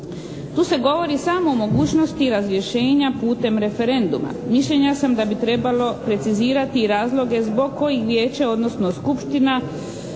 Tu se govori samo o mogućnosti razrješenja putem referenduma. Mišljenja sam da bi trebalo precizirati i razloge zbog kojih vijeće odnosno skupština